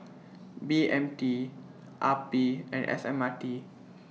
B M T R P and S M R T